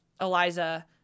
Eliza